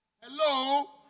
Hello